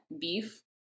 Beef